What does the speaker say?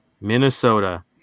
Minnesota